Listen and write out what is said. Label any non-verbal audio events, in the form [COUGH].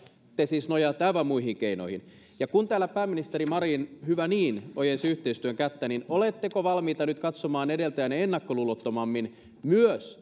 te siis nojaatte aivan muihin keinoihin ja kun täällä pääministeri marin hyvä niin ojensi yhteistyön kättä niin oletteko valmiita nyt katsomaan edeltäjäänne ennakkoluulottomammin myös [UNINTELLIGIBLE]